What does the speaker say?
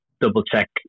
double-check